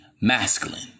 masculine